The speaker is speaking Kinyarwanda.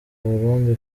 burundi